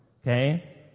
okay